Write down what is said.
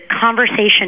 conversation